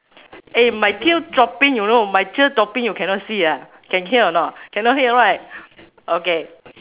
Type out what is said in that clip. eh my tear dropping you know my tear dropping you cannot see ah can hear or not cannot hear right okay